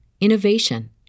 innovation